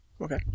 Okay